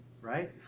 right